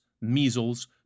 measles